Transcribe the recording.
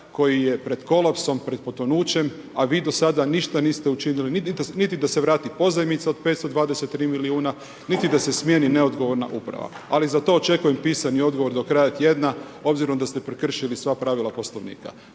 koji je pred kolapsom, pred potonućem a vi do sada ništa niste učinili, niti da se vrati pozajmica od 523 milijuna niti da se smijeni neodgovorna uprava ali za to očekujem pisani odgovor do kraja tjedna obzirom da ste prekršili sva pravila Poslovnika.